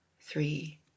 three